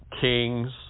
kings